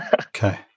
Okay